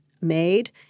made